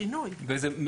שינוי.